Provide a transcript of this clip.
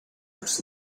its